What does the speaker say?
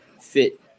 fit